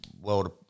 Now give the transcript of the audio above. world